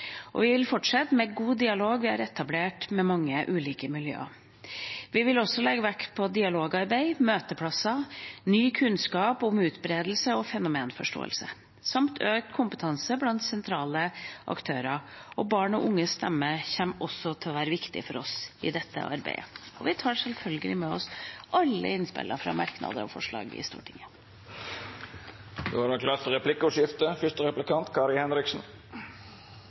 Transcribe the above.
og vi vil fortsette med god dialog som vi har etablert med mange ulike miljøer. Vi vil også legge vekt på dialogarbeid, møteplasser, ny kunnskap om utbredelse og fenomenforståelse samt økt kompetanse blant sentrale aktører. Barn og unges stemme kommer også til å være viktig for oss i dette arbeidet. Og vi tar selvfølgelig med oss alle innspillene fra merknader og forslag i Stortinget.